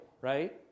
right